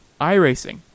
iRacing